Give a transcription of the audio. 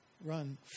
run